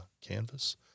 canvas